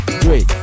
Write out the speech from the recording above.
three